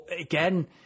again